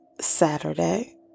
Saturday